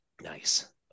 Nice